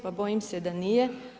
Pa bojim se da nije.